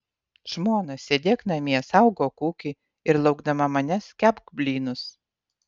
žmona sėdėk namie saugok ūkį ir laukdama manęs kepk blynus